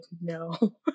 no